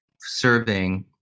serving